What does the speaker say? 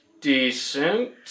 decent